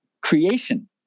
creation